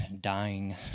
dying